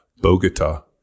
Bogota